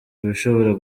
bishobora